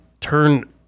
turn